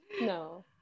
No